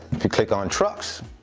if you click on trucks,